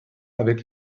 avec